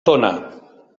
tona